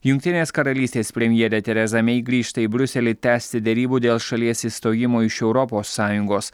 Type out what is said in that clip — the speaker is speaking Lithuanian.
jungtinės karalystės premjerė teresa mei grįžta į briuselį tęsti derybų dėl šalies išstojimo iš europos sąjungos